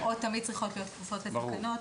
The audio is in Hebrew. ההוראות תמיד צריכות להיות כפופות לתקנות.